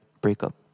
breakup